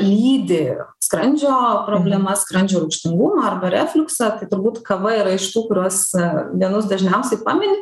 lydi skrandžio problemas skrandžio rūgštingumą arba refliuksą tai turbūt kava yra iš tų kuriuos vienus dažniausiai pamini